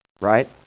right